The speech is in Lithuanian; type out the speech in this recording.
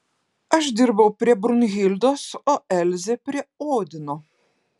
aš dirbau prie brunhildos o elzė prie odino